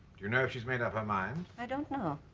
do you know if she's made up her mind i don't know